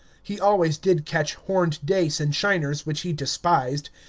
he always did catch horned dace and shiners, which he despised,